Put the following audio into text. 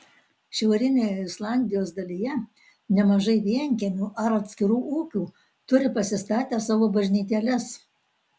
šiaurinėje islandijos dalyje nemažai vienkiemių ar atskirų ūkių turi pasistatę savo bažnytėles